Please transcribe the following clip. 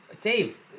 Dave